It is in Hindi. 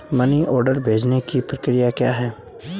मनी ऑर्डर भेजने की प्रक्रिया क्या है?